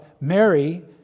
mary